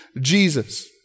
Jesus